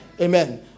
Amen